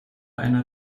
einer